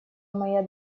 моя